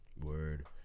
Word